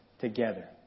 together